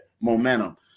momentum